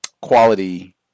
quality